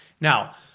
now